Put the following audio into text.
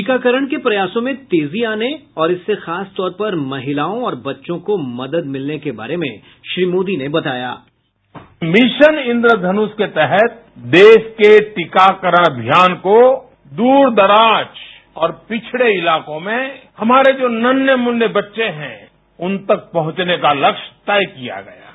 टीकाकरण के प्रयासों में तेजी आने और इससे खास तौर पर महिलाओं और बच्चों को मदद मिलने के बारे में श्री मोदी ने बताया बाईट मिशन इंद्रधनुष के तहत देश के टीकाकरण अभियान को दूर दराज और पिछड़े इलाकों में हमारे जो नन्हें मुन्ने बच्चे हैं उन तक पहुंचने का लक्ष्य तय किया गया है